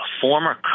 former